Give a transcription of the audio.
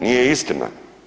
Nije istina.